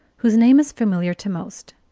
whose name is familiar to most.